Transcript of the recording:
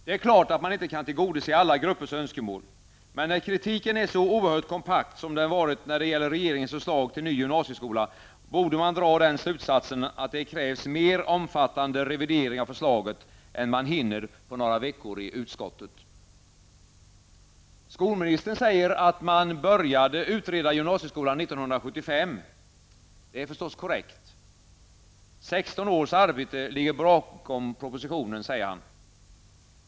Det är klart att man inte kan tillgodose alla gruppers önskemål, men när kritiken är så oerhört kompakt, som den varit när det gäller regeringens förslag till ny gymansieskola, borde man dra den slutsatsen, att det krävs en mer omfattande revidering av förslaget än man hinner på några veckor i utskottet. Skolministern säger att man började utreda gymnasieskolan 1975. Det är förstås korrekt. 16 års arbete ligger bakom propositionen, säger han.